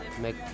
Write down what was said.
make